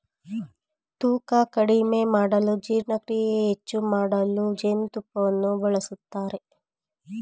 ತೂಕ ಕಡಿಮೆ ಮಾಡಲು ಜೀರ್ಣಕ್ರಿಯೆ ಹೆಚ್ಚು ಮಾಡಲು ಜೇನುತುಪ್ಪವನ್ನು ಬಳಸ್ತರೆ